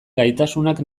gaitasunak